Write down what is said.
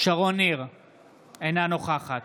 אינה נוכחת